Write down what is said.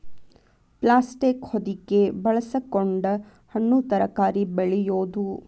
plastic ಹೊದಿಕೆ ಬಳಸಕೊಂಡ ಹಣ್ಣು ತರಕಾರಿ ಬೆಳೆಯುದು